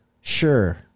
Sure